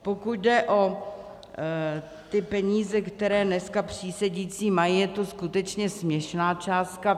Pokud jde o peníze, které dneska přísedící mají, je to skutečně směšná částka.